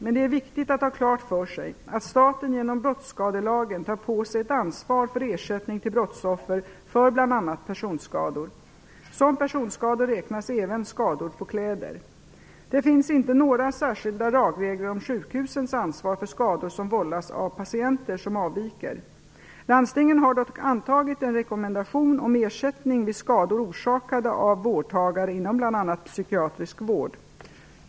Men det är viktigt att ha klart för sig att staten genom brottsskadelagen tar på sig ett ansvar för ersättning till brottsoffer för bl.a. personskador. Som personskador räknas även skador på kläder. Det finns inte några särskilda lagregler om sjukhusens ansvar för skador som vållas av patienter som avvikit. Landstingen har dock antagit en rekommendation om ersättning vid skador orsakade av vårdtagare inom bl.a. psykiatrisk vård.